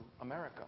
America